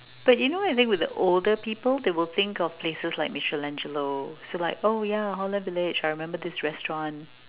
but you know living with the older people they will think of places like Michelangelo so like oh ya holland village I remember this restaurant